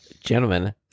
Gentlemen